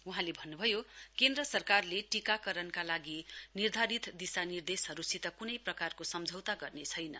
वहाँले भन्नुभयो केन्द्र सरकारले टीकाकरणका लागि निर्धारित दिशानिर्देशहरूसित कुनै प्रकारको सम्झौता गर्नेछैन